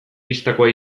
bistakoa